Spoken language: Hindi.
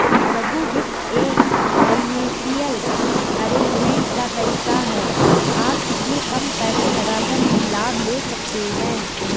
लघु वित्त एक फाइनेंसियल अरेजमेंट का तरीका है आप इसमें कम पैसे लगाकर भी लाभ ले सकते हैं